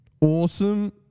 awesome